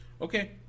Okay